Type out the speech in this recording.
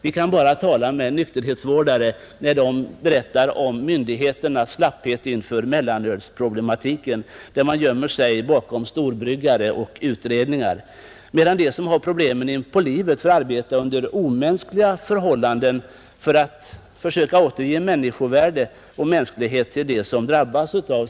Vi kan bara lyssna till folk inom nykterhetsvård och nykterhetsrörelse när de berättar om myndigheternas slapphet inför mellanölsproblematiken; de ansvariga myndigheterna gömmer sig bakom storbryggare och utredningar, medan de som har problemen inpå livet får arbeta under omänskliga förhållanden för att återge människovärde och mänsklighet till dem som drabbas.